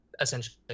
essentially